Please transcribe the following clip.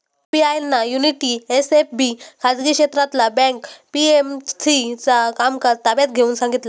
RBI ना unity SFB खाजगी क्षेत्रातला बँक पी.एम.सी चा कामकाज ताब्यात घेऊन सांगितला